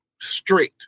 straight